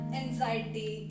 anxiety